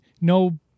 no